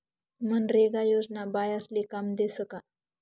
मनरेगा योजना बायास्ले काम देस का?